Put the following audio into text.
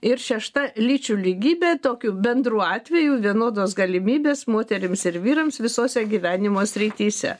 ir šešta lyčių lygybė tokiu bendru atveju vienodos galimybės moterims ir vyrams visose gyvenimo srityse